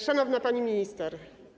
Szanowna Pani Minister!